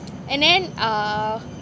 and then err